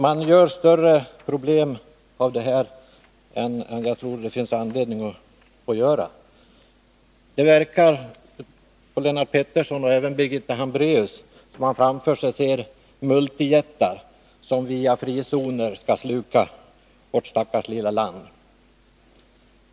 Man gör större problem av det här än jag tror det finns anledning att göra. Det verkade på Lennart Pettersson och även på Birgitta Hambraeus som om de framför sig såg multijättar som via frizoner skulle sluka vårt stackars lilla land.